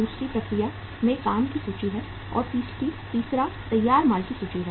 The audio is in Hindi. दूसरी प्रक्रिया में काम की सूची है और तीसरा तैयार माल की सूची है